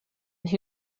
who